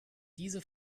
diese